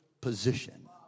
position